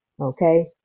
Okay